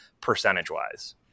percentage-wise